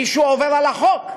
מישהו עובר על החוק.